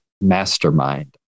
mastermind